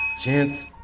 Gents